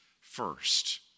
first